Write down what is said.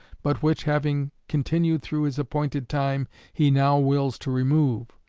but which, having continued through his appointed time, he now wills to remove,